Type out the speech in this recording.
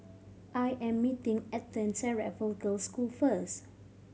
I am meeting Ethan's at Raffle Girls' School first